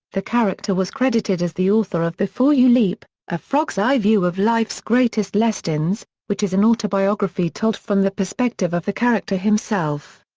the character was credited as the author of before you leap a frog's eye view of life's greatest lessons, which is an autobiography told from the perspective of the character himself.